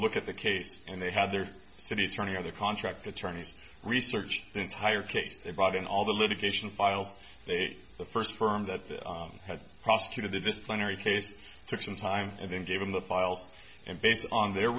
look at the case and they had their city attorney or their contractor attorneys research the entire case they brought in all the litigation files they gave the first firm that had prosecuted this plenary case took some time and then gave him the files and based on their